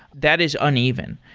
that is uneven.